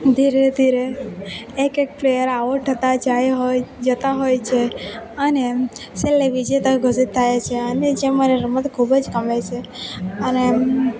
ધીરે ધીરે એક એક પ્લેયર આઉટ થતાં જાય હોય જતાં હોય છે અને એમ છેલ્લે વિજેતા ઘોષિત થાય છે અને જે મને રમત ખૂબજ ગમે છે અને એમ